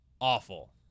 awful